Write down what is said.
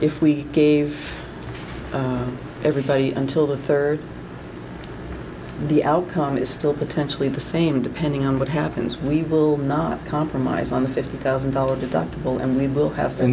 if we gave everybody until the third the outcome is still potentially the same depending on what happens we will not compromise on the fifty thousand dollars deductible and we will have